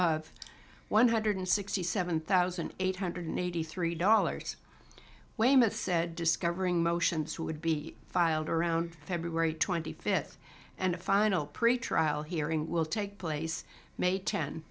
of one hundred sixty seven thousand eight hundred eighty three dollars weymouth said discovering motions who would be filed around february twenty fifth and a final pretrial hearing will take place may ten